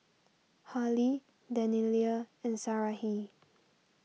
Harley Daniella and Sarahi